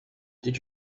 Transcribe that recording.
did